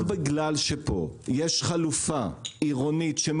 רק בגלל שפה יש חלופה עירונית לאזור תעשייה,